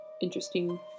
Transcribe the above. interesting